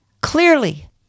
Clearly